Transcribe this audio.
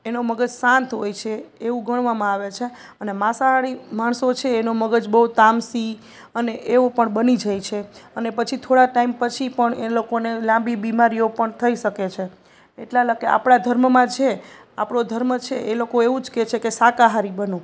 એનો મગજ શાંત હોય છે એવું ગણવામાં આવે છે અને માંસાહારી માણસો છે એનો મગજ બહુ તામસી અને એવો પણ બની જાય છે અને પછી થોડા ટાઈમ પછી પણ એ લોકોને લાંબી બીમારીઓ પણ થઈ શકે છે એટલા લકે આપણા ધર્મમાં છે આપણો ધર્મ છે એ લોકો એવું જ કહે છે કે શાકાહારી બનો